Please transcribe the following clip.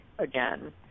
Again